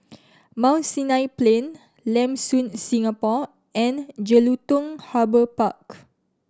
Mount Sinai Plain Lam Soon Singapore and Jelutung Harbour Park